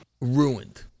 Ruined